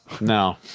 no